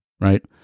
right